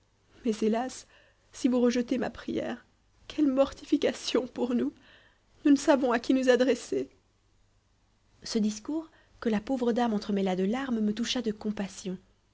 mais hélas si vous rejetez ma prière quelle mortification pour nous nous ne savons à qui nous adresser ce discours que la pauvre dame entremêla de larmes me toucha de compassion